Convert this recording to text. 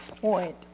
point